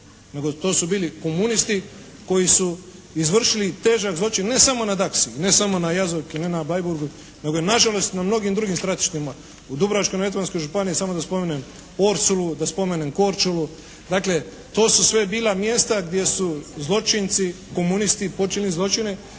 to su bili komunisti koji su izvršili težak zločin ne samo na …/Govornik se ne razumije./., ne samo na Jazovki, ne na Bleiburgu nego i nažalost na mnogim drugim stratištima. U Dubrovačko-neretvanskoj županiji samo da spomenem Orsoulu, da spomenem Korčulu. Dakle, to su sve bila mjesta gdje su zločinci, komunisti počinili zločine